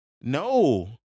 No